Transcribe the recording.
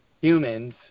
humans